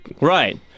right